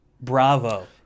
Bravo